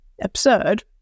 absurd